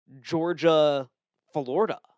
Georgia-Florida